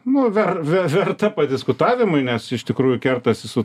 nu ver ve verta padiskutavimui nes iš tikrųjų kertasi su